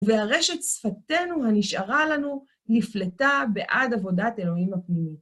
וארשת שפתנו הנשארה לנו נפלטה בעד עבודת אלוהים הפנימית.